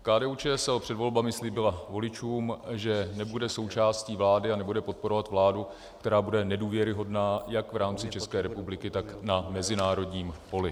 KDUČSL před volbami slíbila voličům, že nebude součástí vlády a nebude podporovat vládu, která bude nedůvěryhodná jak v rámci České republiky, tak na mezinárodním poli.